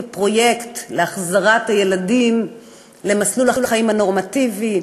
כפרויקט להחזרת הילדים למסלול החיים הנורמטיבי.